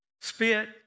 Spit